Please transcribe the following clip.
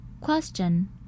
Question